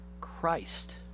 Christ